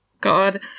God